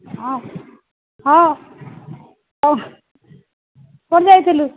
ହଁ ହଁ କୋଉଠି ଯାଇଥିଲୁ